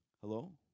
Hello